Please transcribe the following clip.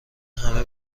همه